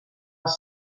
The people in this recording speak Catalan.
els